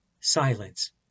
Silence